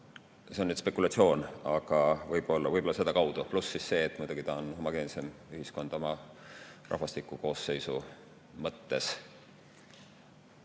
See on nüüd spekulatsioon, aga võib-olla sedakaudu. Pluss see, et muidugi ta on homogeensem ühiskond oma rahvastiku koosseisu mõttes.